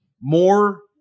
more